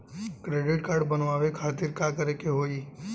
Credit card बनवावे खातिर का करे के होई?